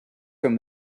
from